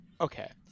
okay